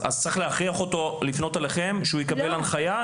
אז צריך להכריח אותו לפנות אליכם כדי שהוא יקבל הנחיה?